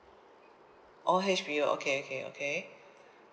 oh H_B_O okay okay okay